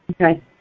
Okay